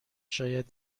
شاید